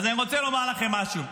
אז אני רוצה לומר לכם משהו: